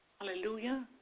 Hallelujah